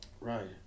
right